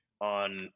on